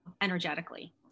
energetically